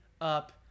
up